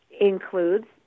includes